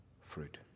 fruit